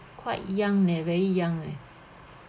quite young leh very young eh